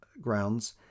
grounds